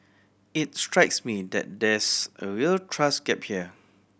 it strikes me that there's a real trust gap here